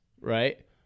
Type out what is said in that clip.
right